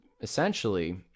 essentially